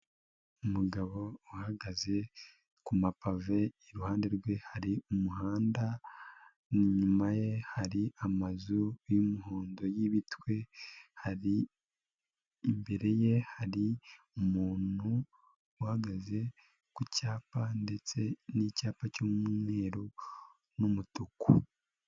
Umugabo uhagaze ku mapave iruhande rwe hari umuhanda inyuma ye hari amazu y'umuhondo y'ibitwe, hari imbere ye hari umuntu uhagaze ku cyapa ndetse n'icyapa cy'umweru n'umutuku.